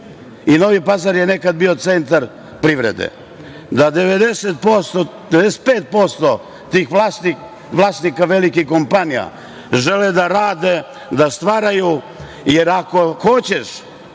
i Novi Pazar je nekada bio centar privrede. Dakle, 95% vlasnika velikih kompanija žele da rade, da stvaraju jer ako hoćeš